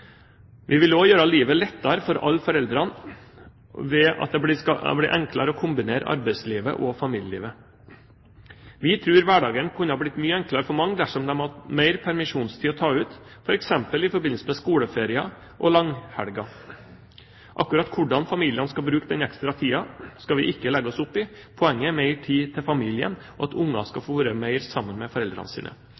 Vi vil også gjøre livet lettere for alle foreldre ved at det skal bli enklere å kombinere arbeidslivet og familielivet. Vi tror hverdagen kunne blitt mye enklere for mange dersom de hadde hatt mer permisjonstid å ta ut, f.eks. i forbindelse med skoleferier og langhelger. Akkurat hvordan familiene skal bruke den ekstra tiden, skal vi ikke legge oss opp i, poenget er mer tid til familien og at barna skal